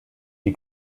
die